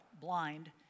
blind